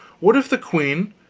what if the queen